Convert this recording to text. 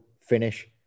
finish